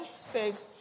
says